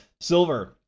Silver